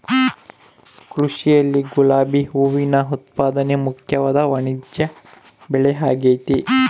ಕೃಷಿಯಲ್ಲಿ ಗುಲಾಬಿ ಹೂವಿನ ಉತ್ಪಾದನೆ ಮುಖ್ಯವಾದ ವಾಣಿಜ್ಯಬೆಳೆಆಗೆತೆ